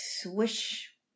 Swish